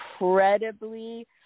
incredibly